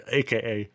aka